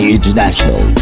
International